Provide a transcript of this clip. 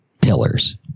Pillars